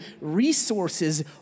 resources